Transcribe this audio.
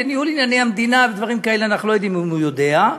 בניהול ענייני המדינה ובדברים כאלה אנחנו לא יודעים אם הוא יודע,